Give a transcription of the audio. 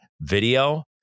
video